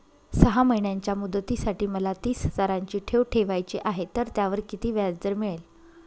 सहा महिन्यांच्या मुदतीसाठी मला तीस हजाराची ठेव ठेवायची आहे, तर त्यावर किती व्याजदर मिळेल?